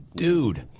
dude